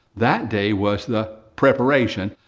that day was the preparation,